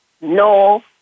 No